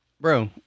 Bro